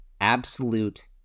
absolute